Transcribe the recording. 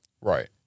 Right